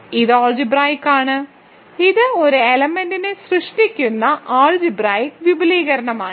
ഇത് അൾജിബ്രായിക്ക് ആണ് ഇത് ഒരു എലമെന്റ് സൃഷ്ടിക്കുന്ന അൾജിബ്രായിക്ക് വിപുലീകരണമാണ്